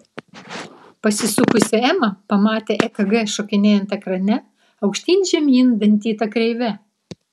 pasisukusi ema pamatė ekg šokinėjant ekrane aukštyn žemyn dantyta kreive